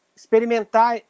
experimentar